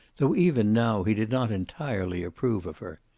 though even now he did not entirely approve of her.